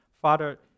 Father